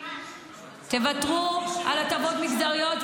תוותרו על הטבות מגזריות,